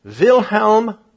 Wilhelm